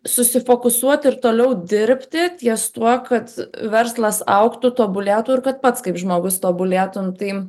susifokusuot ir toliau dirbti ties tuo kad verslas augtų tobulėtų ir kad pats kaip žmogus tobulėtum tai